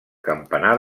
campanar